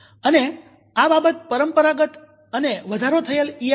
અને આ બાબત પરંપરાગત અને વધારો થયેલ ઈ